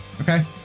okay